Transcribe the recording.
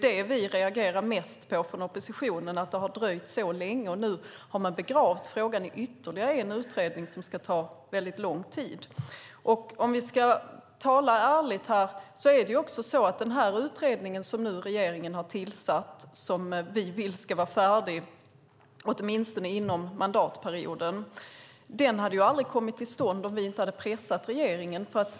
Det vi reagerar mest på från oppositionen är att det har dröjt så länge, och nu har man begravt frågan i ytterligare en utredning som ska ta väldigt lång tid. Om vi ska vara ärliga hade aldrig utredningen som regeringen har tillsatt, och som vi vill ska vara färdig åtminstone under mandatperioden, kommit till stånd om vi inte hade pressat regeringen.